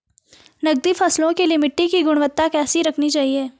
नकदी फसलों के लिए मिट्टी की गुणवत्ता कैसी रखनी चाहिए?